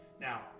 Now